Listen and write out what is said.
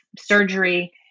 surgery